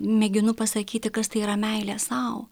mėginu pasakyti kas tai yra meilė sau